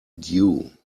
due